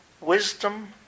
wisdom